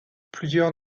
plusieurs